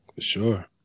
sure